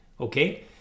okay